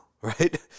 right